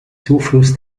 zufluss